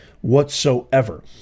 whatsoever